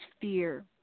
fear